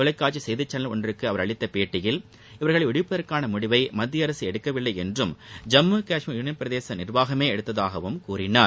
தொலைக்காட்சி செய்தி சேனலுக்கு அவர் அளித்த பேட்டியில் இவர்களை விடுவிப்பதற்கான முடிவை மத்திய அரசு எடுக்கவில்லை என்றும் ஜம்மு கஷ்மீர் யூளியள் பிரதேச நிர்வாகமே எடுத்ததாகவும் கூறினார்